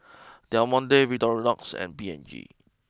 Del Monte Victorinox and P and G